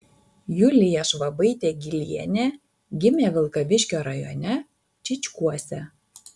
julija švabaitė gylienė gimė vilkaviškio rajone čyčkuose